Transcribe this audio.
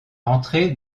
entrer